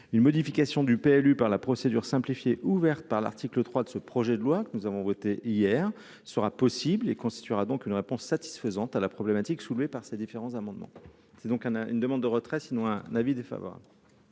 une modification du PLU par la procédure simplifiée ouverte par l'article 3 de ce projet de loi que nous avons voté hier sera possible et constituera donc une réponse satisfaisante à la problématique soulevée par ces différents amendements, c'est donc un un, une demande de retrait sinon un avis défavorable.